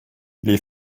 les